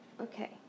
Okay